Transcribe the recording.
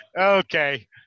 Okay